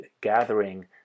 gathering